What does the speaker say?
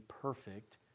perfect